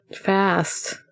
fast